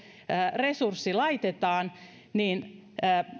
resurssi laitetaan niin